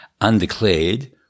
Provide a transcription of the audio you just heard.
undeclared